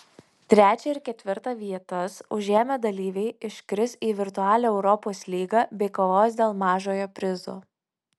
trečią ir ketvirtą vietas užėmę dalyviai iškris į virtualią europos lygą bei kovos dėl mažojo prizo